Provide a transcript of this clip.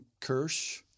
Kirsch